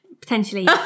Potentially